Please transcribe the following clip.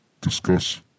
discuss